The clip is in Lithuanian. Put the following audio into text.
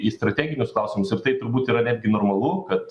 į strateginius klausimus ir tai turbūt yra netgi normalu kad